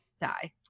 die